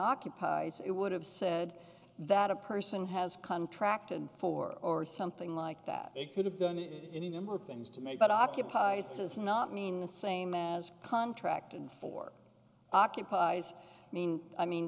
occupies it would have said that a person has contracted for or something like that it could have done any number of things to make that occupies does not mean the same as contracted for occupies i mean i mean